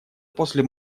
после